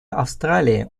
австралии